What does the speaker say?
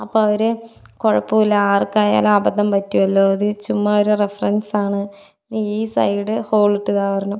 അപ്പോൾ അവർ കുഴപ്പമില്ല ആർക്കായാലും അബദ്ധം പറ്റുമല്ലോ അത് ചുമ്മാ ഒരു റെഫറൻസാണ് നീ ഈ സൈഡ് ഹോൾ ഇട്ട് താ പറഞ്ഞു